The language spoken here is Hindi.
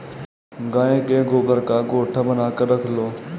गाय के गोबर का गोएठा बनाकर रख लो